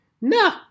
No